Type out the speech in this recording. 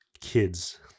kids